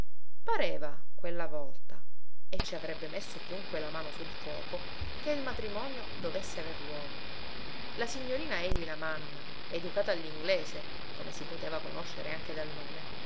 pareva quella volta e ci avrebbe messo chiunque la mano sul fuoco che il matrimonio dovesse aver luogo la signorina ely lamanna educata all'inglese come si poteva conoscere anche dal nome